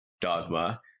dogma